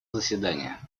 заседания